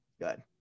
good